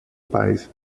páez